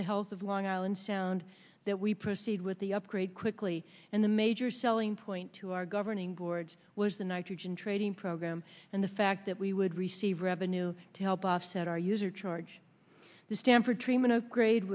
the health of long island sound that we proceed with the upgrade quickly and the major selling point to our governing board was the nitrogen trading program and the fact that we would receive revenue to help offset our user charge the standard treatment a grade